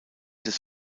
des